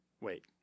Wait